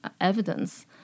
evidence